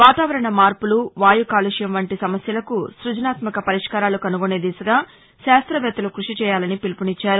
వాతావరణ మార్పులు వాయుకాలుష్యం వంటి సమస్యలకు స్బజనాత్మక పరిష్కారాలు కనుగొనే దిశగా శాస్తవేత్తలు కృషి చేయాలని పిలుపునిచ్చారు